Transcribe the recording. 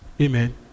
amen